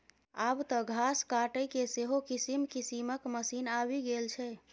आब तँ घास काटयके सेहो किसिम किसिमक मशीन आबि गेल छै